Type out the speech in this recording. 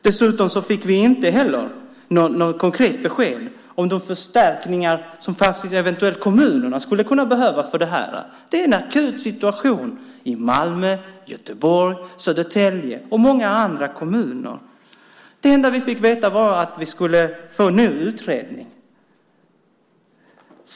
Vi fick inte heller något konkret besked om de förstärkningar som kommunerna eventuellt skulle kunna behöva för det här. Det är en akut situation i Malmö, Göteborg, Södertälje och många andra kommuner. Det enda vi fick veta var att det blir en ny utredning.